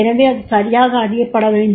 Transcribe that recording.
எனவே அது சரியாக அறியப்பட வேண்டும்